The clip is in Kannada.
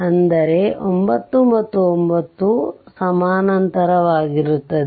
ಆದ್ದರಿಂದ 9 ಮತ್ತು 9 ಅವು ಸಮಾನಾಂತರವಾಗಿರುತ್ತವೆ